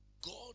God